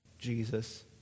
Jesus